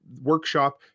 workshop